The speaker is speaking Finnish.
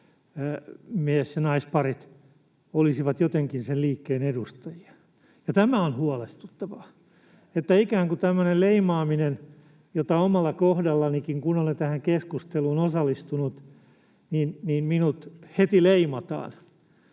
mies—naisparit olisivat jotenkin sen liikkeen edustajia. Tämä on huolestuttavaa, ikään kuin tämmöinen leimaaminen, jota on omalla kohdallanikin, kun olen tähän keskusteluun osallistunut, minut heti leimataan,